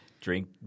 Drink